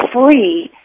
free